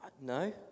no